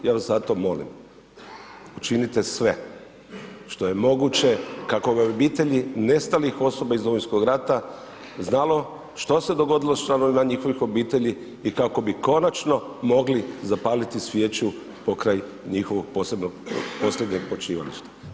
Ja vas zato molim, učinite sve što je moguće, kako bi obitelji nestalih osoba iz Domovinskog rata znalo što se dogodilo s članovima njihovih obitelji i kako bi konačno mogli zapaliti svijeću pokraj njihovog posljednjeg počivališta.